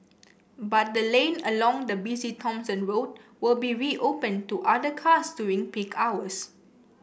but the lane along the busy Thomson Road will be reopened to other cars during peak hours